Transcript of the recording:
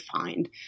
find